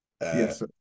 Yes